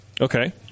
Okay